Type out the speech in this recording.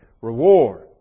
reward